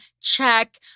check